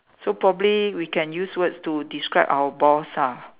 so probably we can use words to describe our boss ah